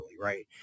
Right